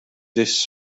dish